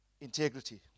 integrity